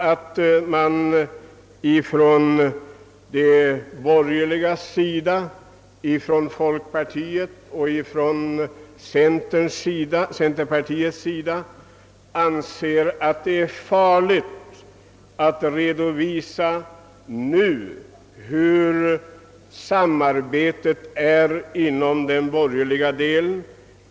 Anser man kanske inom folkpartiet och centerpartiet att det är farligt att redovisa samarbetet mellan de borgerliga partierna?